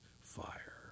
fire